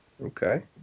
Okay